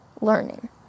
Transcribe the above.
learning